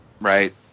right